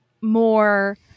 more